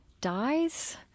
dies